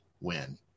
win